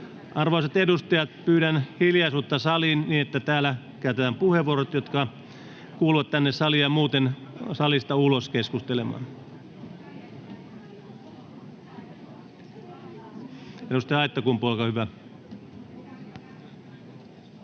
Arvoisat edustajat, pyydän hiljaisuutta saliin, niin että täällä käytetään puheenvuorot, jotka kuuluvat tänne saliin, ja muuten salista ulos keskustelemaan. — Edustaja Aittakumpu, olkaa hyvä.